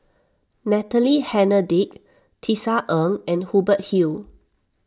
Natalie Hennedige Tisa Ng and Hubert Hill